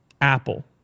Apple